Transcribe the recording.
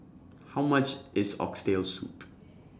How much IS Oxtail Soup